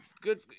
good